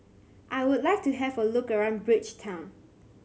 I would like to have a look around Bridgetown